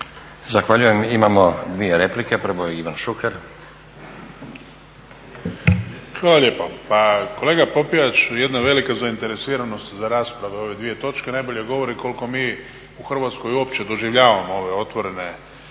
Zahvaljujem. Imamo dvije replike, prvo Ivan Šuker. **Šuker, Ivan (HDZ)** Hvala lijepo. Pa kolega Popijač jedna velika zainteresiranost za rasprave o ove dvije točke najbolje govori koliko mi u Hrvatskoj uopće doživljavamo ove otvorene